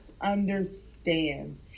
understand